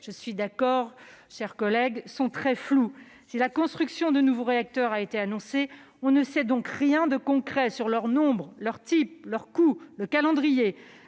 le souligner, mes chers collègues. Si la construction de nouveaux réacteurs a été annoncée, on ne sait rien de concret sur leur nombre, leur type, leur coût, le calendrier,